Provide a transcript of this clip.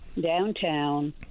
downtown